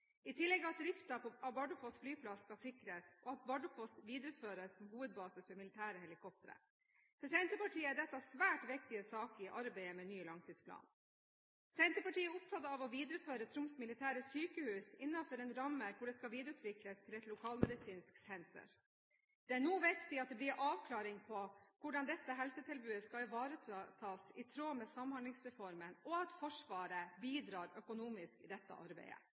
i tillegg at driften av Bardufoss flyplass skal sikres, og at Bardufoss videreføres som hovedbase for militære helikoptre. For Senterpartiet er dette svært viktige saker i arbeidet med ny langtidsplan. Senterpartiet er opptatt av å videreføre Troms militære sykehus innenfor en ramme hvor det skal kunne videreutvikles til et lokalmedisinsk senter. Det er nå viktig at det blir en avklaring på hvordan dette helsetilbudet skal ivaretas i tråd med Samhandlingsreformen, og at Forsvaret bidrar økonomisk i dette arbeidet.